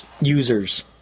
users